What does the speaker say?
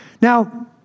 Now